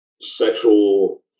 sexual